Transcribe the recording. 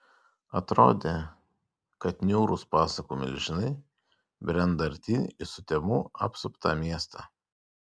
atrodė kad niūrūs pasakų milžinai brenda artyn į sutemų apsuptą miestą